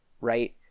right